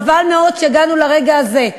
חבל מאוד שהגענו לרגע הזה,